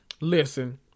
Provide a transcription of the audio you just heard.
Listen